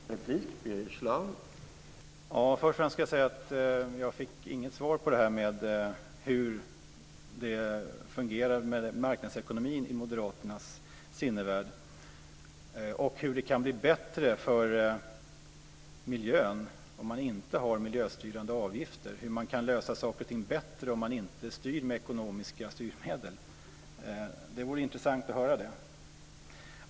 Herr talman! Först och främst kan jag säga att jag inte fick något svar på hur marknadsekonomin fungerar i Moderaternas sinnevärld. Hur kan det bli bättre för miljön om man inte har miljöstyrande avgifter? Hur kan man lösa saker och ting bättre om man inte styr med ekonomiska styrmedel? Det vore intressant att höra det.